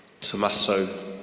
Tommaso